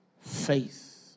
faith